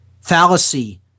fallacy